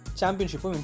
championship